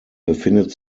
befindet